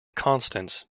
constance